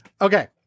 Okay